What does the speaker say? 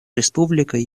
республикой